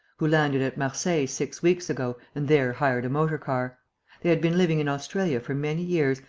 who landed at marseilles six weeks ago and there hired a motor-car. they had been living in australia for many years,